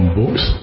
books